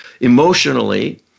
emotionally